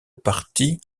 partie